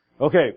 Okay